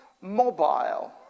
mobile